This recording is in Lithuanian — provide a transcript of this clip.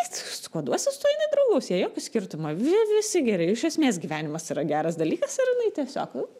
su kuo duosi su tuo jinai draugaus jai jokio skirtumo vi visi geri iš esmės gyvenimas yra geras dalykas ir jinai tiesiog